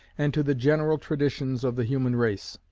and to the general traditions of the human race.